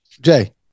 Jay